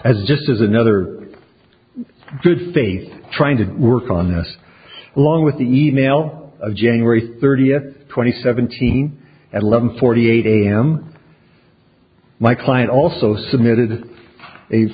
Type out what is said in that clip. as just as another good faith trying to work on us along with the email a january thirtieth twenty seventeen at eleven forty eight am my client also submitted a